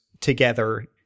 together